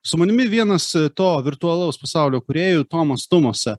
su manimi vienas to virtualaus pasaulio kūrėjų tomas tumosa